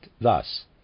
thus